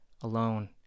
alone